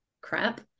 crap